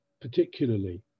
particularly